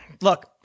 Look